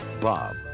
Bob